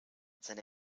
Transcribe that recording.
seine